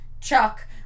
Chuck